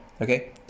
okay